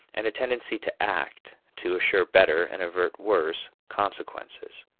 and a tendency to act to assure better, and avert worse, consequences.